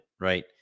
Right